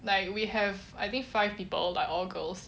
like we have I think five people like all girls